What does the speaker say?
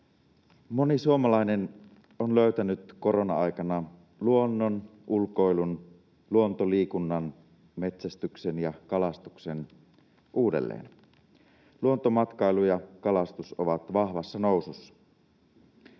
Moni suomalainen on löytänyt korona-aikana luonnon, ulkoilun, luontoliikunnan, metsästyksen ja kalastuksen uudelleen. Luontomatkailu ja kalastus ovat vahvassa nousussa.